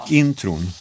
intron